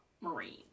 Marine